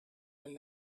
will